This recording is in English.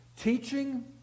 teaching